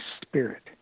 spirit